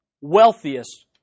wealthiest